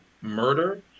murder